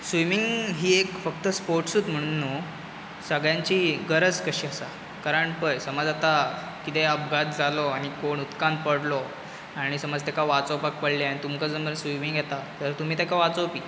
swimming ही एक फक्त स्पोर्टूत म्हणून न्हू सगळ्यांची गरज कशी आसा कारण पय समज आतां कितेंय अपघात जालो आनी कोणय उदकान पडलो आनी समज ताका वाचोवपाक पडलें तुमकां जर स्विमींग येता जाल्यार तुमी तेका वाचोवपी